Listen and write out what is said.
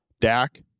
Dak